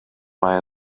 mae